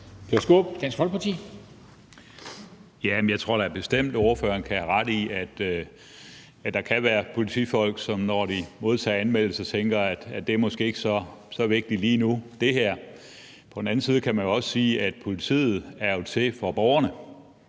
Jeg tror da bestemt, at ordføreren kan have ret i, at der kan være politifolk, som, når de modtager en anmeldelse, tænker, at det måske ikke er så vigtigt lige nu. Men på den anden side kan man sige, at politiet jo er til for borgerne,